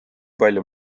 palju